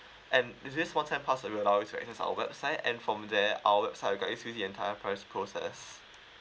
and this this one time password allows you to access our website and from there our website will guide you through the entire pro~ process